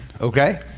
okay